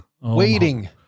Waiting